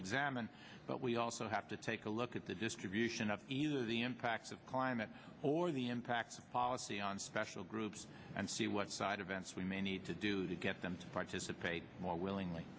examine but we also have to take a look at the distribution of the impacts of climate or the impacts of policy on special groups and see what side of events we may need to do to get them to participate more willingly